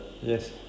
Yes